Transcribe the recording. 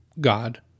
God